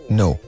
no